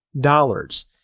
dollars